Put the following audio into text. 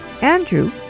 Andrew